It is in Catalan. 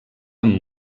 amb